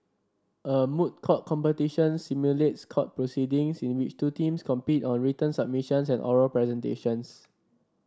a moot court competition simulates court proceedings in which two teams compete on written submissions and oral presentations